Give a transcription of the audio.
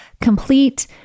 complete